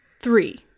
Three